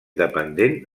dependent